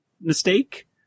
mistake